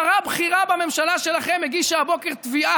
שרה בכירה בממשלה שלכם הגישה הבוקר תביעה